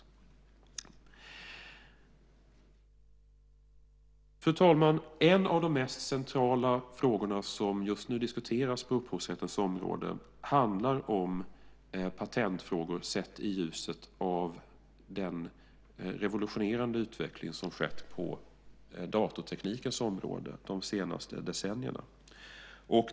Fru talman! En av de mest centrala frågor som nu diskuteras på upphovsrättens område handlar om patentfrågor sett i ljuset av den revolutionerande utveckling som skett på datorteknikens område de senaste decennierna.